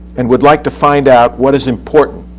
and would like to find out what is important,